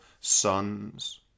sons